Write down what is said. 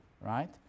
right